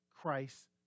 Christ